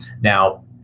Now